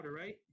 right